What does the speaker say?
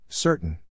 Certain